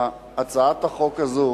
הצעת החוק הזו